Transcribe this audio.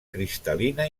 cristal·lina